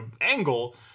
angle